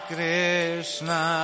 Krishna